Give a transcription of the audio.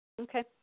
Okay